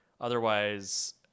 Otherwise